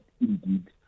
indeed